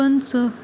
پٕنٛژٕہ